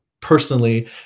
personally